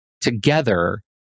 together